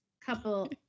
couple